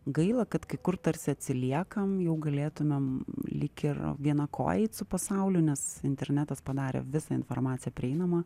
gaila kad kai kur tarsi atsiliekam jau galėtumėm lyg ir viena koja eit su pasauliu nes internetas padarė visą informaciją prieinamą